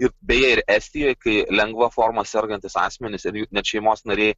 ir beje ir estijoj kai lengva forma sergantys asmenys ir jų net šeimos nariai